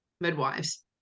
midwives